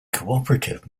cooperative